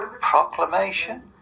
proclamation